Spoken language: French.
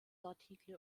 articles